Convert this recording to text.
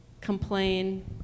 complain